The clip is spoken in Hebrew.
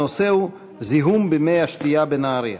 הנושא הוא: זיהום במי השתייה בנהריה.